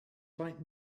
find